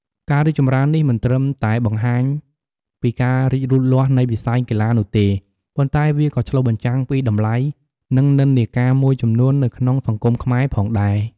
ការរីកចម្រើននេះ មិនត្រឹមតែបង្ហាញពីការរីកលូតលាស់នៃវិស័យកីឡានោះទេ ប៉ុន្តែវាក៏ឆ្លុះបញ្ចាំងពីតម្លៃ និងនិន្នាការមួយចំនួននៅក្នុងសង្គមខ្មែរផងដែរ។